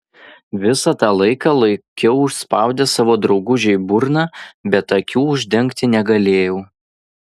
visą tą laiką laikiau užspaudęs savo draugužei burną bet akių uždengti negalėjau